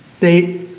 they